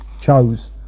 chose